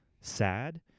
sad